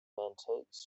antiques